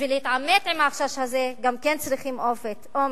בשביל להתעמת עם החשש הזה גם צריכים אומץ,